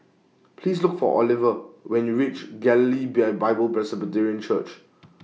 Please Look For Oliva when YOU REACH Galilee Beer Bible Presbyterian Church